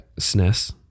SNES